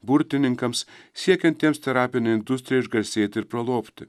burtininkams siekiantiems terapinėj industrijoj išgarsėti ir pralobti